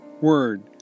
word